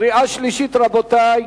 קריאה שלישית, רבותי.